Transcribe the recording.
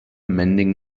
mending